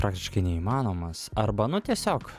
praktiškai neįmanomas arba nu tiesiog